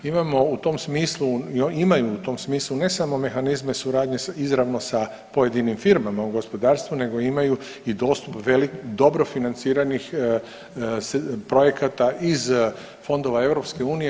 Imamo u tom smislu imaju u tom smislu ne samo mehanizme suradnje izravno sa pojedinim firmama u gospodarstvu nego imaju dobro financiranih projekata iz fondova EU.